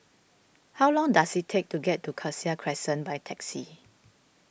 how long does it take to get to Cassia Crescent by taxi